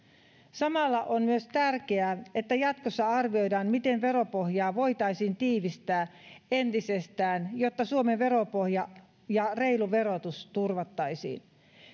samalla on myös tärkeää että jatkossa arvioidaan miten veropohjaa voitaisiin tiivistää entisestään jotta suomen veropohja ja reilu verotus turvattaisiin